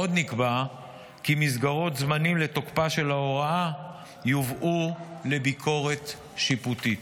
עוד נקבע כי מסגרות זמנים לתוקפה של ההוראה יובאו לביקורת שיפוטית.